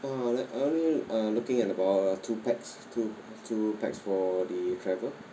uh like I only uh looking at about two pax two two pax for the travel